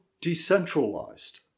decentralized